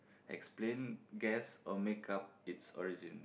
explain guess or make up it's origin